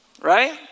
right